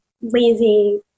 lazy